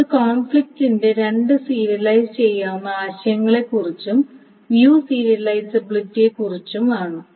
അത് കോൺഫ്ലിക്റ്റിന്റെ രണ്ട് സീരിയലൈസ് ചെയ്യാവുന്ന ആശയങ്ങളെക്കുറിച്ചും വ്യൂ സീരിയലിസബിലിറ്റിനെക്കുറിച്ചും ആണ്